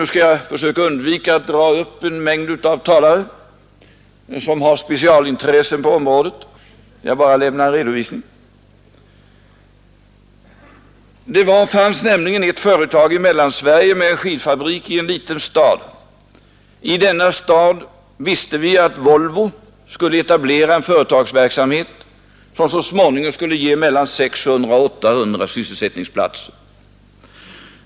Nu skall jag försöka undvika att dra upp en mängd talare, som har specialintressen på området. Jag lämnar bara en redovisning. Det fanns nämligen ett företag i Mellansverige, som hade en skidfabrik i en liten stad. I denna stad visste vi att Volvo skulle etablera en företagsverksamhet, som så småningom skulle ge mellan 600 och 800 sysselsättningsplatser.